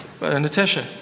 Natasha